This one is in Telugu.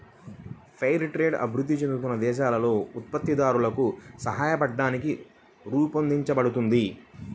ఫెయిర్ ట్రేడ్ అభివృద్ధి చెందుతున్న దేశాలలో ఉత్పత్తిదారులకు సాయపట్టానికి రూపొందించబడింది